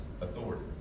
authority